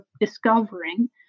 discovering